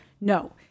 No